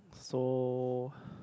so